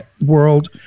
world